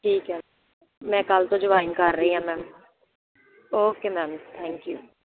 ਠੀਕ ਹੈ ਮੈਂ ਕੱਲ੍ਹ ਤੋਂ ਜੁਆਇਨ ਕਰ ਰਹੀ ਹਾਂ ਮੈਂ ਓਕੇ ਮੈਮ ਥੈਂਕ ਯੂ